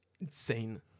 insane